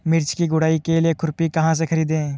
मिर्च की गुड़ाई के लिए खुरपी कहाँ से ख़रीदे?